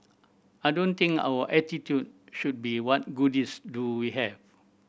I don't think our attitude should be what goodies do we have